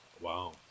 Wow